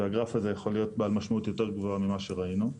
והגרף הזה יכול להיות בעל משמעות יותר גבוהה ממה שראינו.